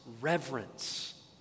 reverence